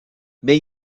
mais